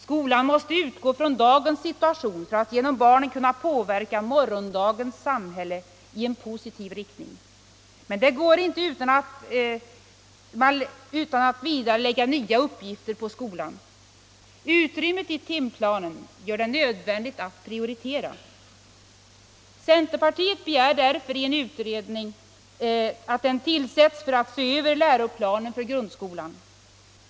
Skolan måste utgå från dagens situation för att genom barnen kunna påverka morgondagens samhälle i en positiv riktning. Men det går inte att utan vidare lägga nya uppgifter på skolan. Utrymmet i timplanen gör det nödvändigt att prioritera. Centerpartiet begär därför att en utredning tillsätts för att se över läroplanen för grundskolan.